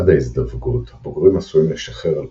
עד ההזדווגות הבוגרים עשויים לשחר על פרחים,